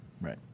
Right